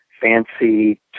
fancy